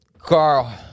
Carl